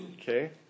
Okay